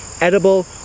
edible